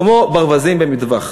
כמו ברווזים במטווח,